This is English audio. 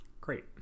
great